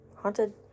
Haunted